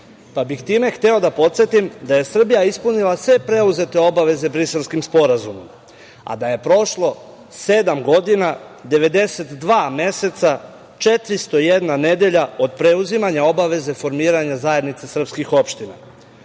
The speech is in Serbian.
pa bih time hteo da podsetim da je Srbija ispunila sve preuzete obaveze Briselskim sporazumom, a da je prošlo sedam godina, 92 meseca, 401 nedelja od preuzimanja obaveze formiranja zajednice srpskih opština.